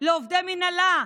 לעובדי מינהלה,